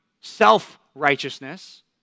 self-righteousness